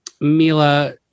mila